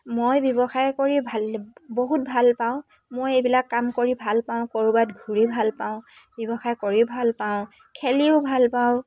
মই ব্যৱসায় কৰি ভাল বহুত ভালপাওঁ মই এইবিলাক কাম কৰি ভালপাওঁ ক'ৰবাত ঘূৰি ভালপাওঁ ব্যৱসায় কৰি ভালপাওঁ খেলিও ভালপাওঁ